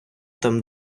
там